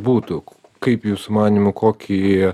būtų kaip jūsų manymu kokį